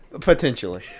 Potentially